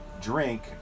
drink